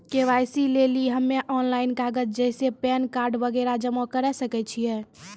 KYC लेली हम्मय online कागज जैसे पैन कार्ड वगैरह जमा करें सके छियै?